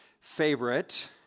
favorite